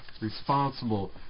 responsible